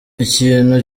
ikintu